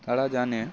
তারা জানে